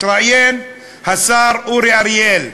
התראיין השר אורי אריאל,